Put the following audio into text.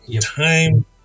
time